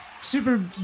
Super